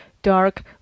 Dark